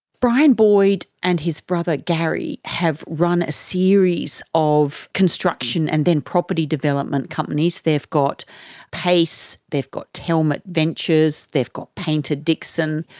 brian boyd and his brother garry have run a series of construction and then property development companies. companies. they've got payce, they've got telmet ventures, they've got paynter dixon.